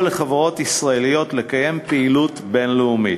לחברות ישראליות לקיים פעילות בין-לאומית.